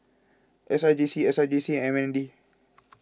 S R J C S R J C and M N D